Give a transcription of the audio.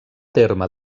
terme